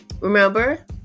Remember